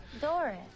Doris